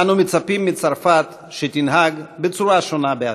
אנו מצפים מצרפת שתנהג בצורה שונה בעתיד.